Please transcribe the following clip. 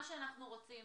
אנחנו רוצים